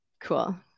Cool